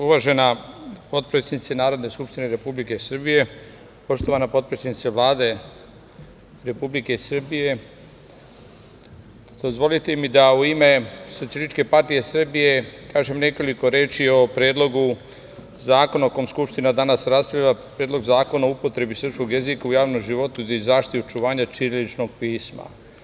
Uvažena potpredsednice Narodne skupštine Republike Srbije, poštovana potpredsednice Vlade Republike Srbije, dozvolite mi da u ime SPS kažem nekoliko reči o Predlogu zakona o kom Skupština danas raspravlja, Predlogu zakona o upotrebi srpskog jezika u javnom životu i zaštiti i očuvanju ćiriličnog pisma.